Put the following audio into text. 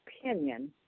opinion